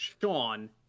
Sean